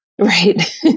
Right